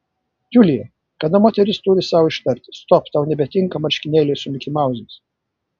julija kada moteris turi sau ištarti stop tau nebetinka marškinėliai su mikimauzais